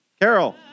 Carol